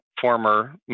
former